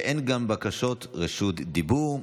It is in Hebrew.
וגם אין בקשות רשות דיבור.